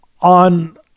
on